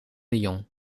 lyon